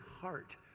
heart